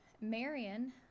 Marion